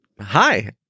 Hi